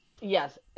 Yes